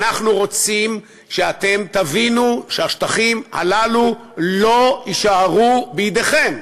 אנחנו רוצים שאתם תבינו שהשטחים הללו לא יישארו בידיכם,